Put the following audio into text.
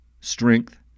strength